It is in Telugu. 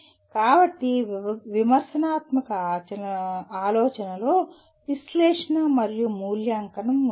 కాబట్టి విమర్శనాత్మక ఆలోచనలో విశ్లేషణ మరియు మూల్యాంకనం ఉంటాయి